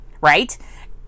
right